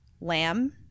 Lamb